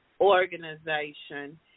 organization